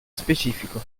specifico